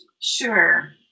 Sure